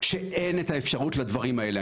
כשאין אפשרות לדברים האלה.